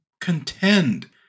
contend